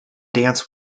dance